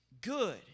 good